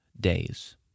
days